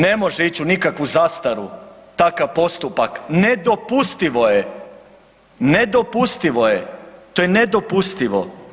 Ne može ići u nikakvu zastaru takav postupak, nedopustivo je, nedopustivo je, to je nedopustivo.